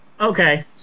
Okay